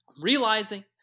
realizing